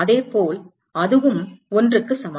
அதேபோல் அதுவும் 1க்கு சமம்